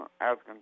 asking